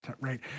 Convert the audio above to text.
right